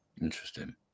Interesting